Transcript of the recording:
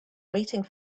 waiting